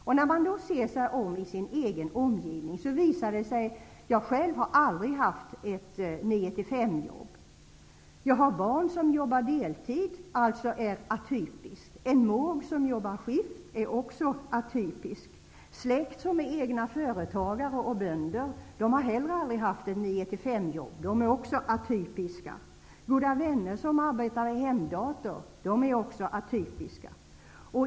Man kan då se sig om i sin egen omgivning och se hur många som har sådana arbeten. Jag själv har aldrig haft ett nio-- fem-jobb. Jag har barn som jobbar deltid, alltså har atypiska arbeten. Jag har en måg som jobbar skift och därmed också är atypisk. Jag har släkt som är egna företagare och bönder. De har heller aldrig haft ett nio--fem-jobb. De är också atypiska. Jag har goda vänner som arbetar med hemdator. De är också atypiska.